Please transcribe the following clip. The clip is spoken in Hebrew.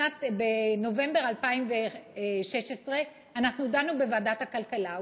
בנובמבר 2016, אנחנו דנו בוועדת הכלכלה.